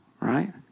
right